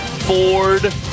Ford